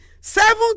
seven